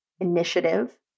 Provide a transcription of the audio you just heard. initiative